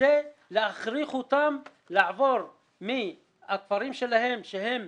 וכדי להכריח אותם לעבור מהכפרים שלהם שהם